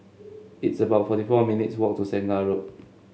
it's about forty four minutes walk to Segar Road